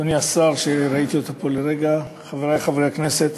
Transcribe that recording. אדוני השר שראיתי אותו פה לרגע, חברי חברי הכנסת,